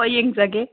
ꯍꯣꯏ ꯌꯦꯡꯖꯒꯦ